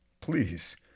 please